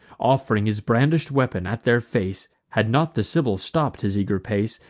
off'ring his brandish'd weapon at their face had not the sibyl stopp'd his eager pace,